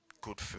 good